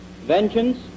Vengeance